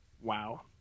Wow